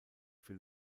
für